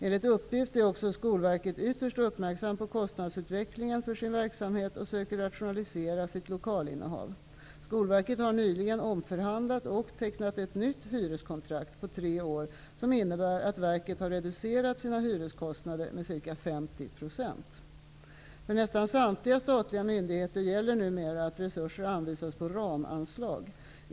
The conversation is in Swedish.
Enligt uppgift är också Skolverket ytterst uppmärksamt på kostnadsutvecklingen för sin verksamhet och söker rationalisera sitt lokalinnehav. Skolverket har nyligen omförhandlat och tecknat ett nytt hyreskontrakt på tre år, som innebär att verket har reducerat sina hyreskostnader med ca 50 %. För nästan samtliga statliga myndigheter gäller numera att resurser anvisas på ramanslag.